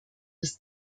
des